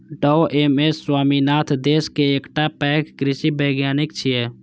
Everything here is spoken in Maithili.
डॉ एम.एस स्वामीनाथन देश के एकटा पैघ कृषि वैज्ञानिक छियै